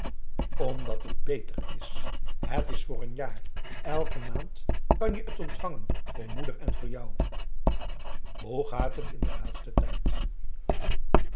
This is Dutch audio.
omdat het beter is het is voor een jaar elke maand kan-je het ontvangen voor moeder en voor jou hoe gaat het in den laatsten tijd